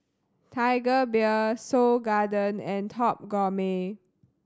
Tiger Beer Seoul Garden and Top Gourmet